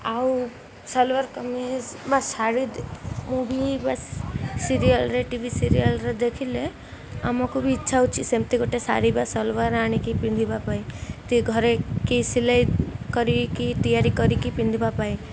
ଆଉ ସଲୱାର୍ କମିଜ୍ ବା ଶାଢ଼ୀ ମୁଭି ବା ସିରିଏଲ୍ରେ ଟିଭି ସିରିଏଲ୍ରେ ଦେଖିଲେ ଆମକୁ ବି ଇଚ୍ଛା ହଉଛି ସେମିତି ଗୋଟେ ଶାଢ଼ୀ ବା ସଲୱାର୍ ଆଣିକି ପିନ୍ଧିବା ପାଇଁ କିି ଘରେ କି ସିଲେଇ କରିକି ତିଆରି କରିକି ପିନ୍ଧିବା ପାଇଁ